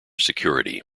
security